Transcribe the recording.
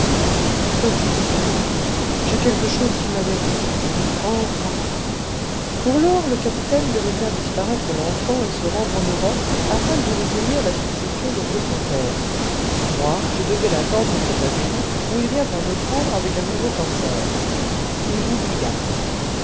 ça finira mal j'ai quelque chose qui m'avertit enfin pour lors le capitaine devait faire disparaître l'enfant et se rendre en europe afin d'y recueillir la succession de feu son père moi je devais l'attendre aux états-unis où il viendrait me prendre avec un nouveau corsaire il m'oublia